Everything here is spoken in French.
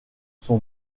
son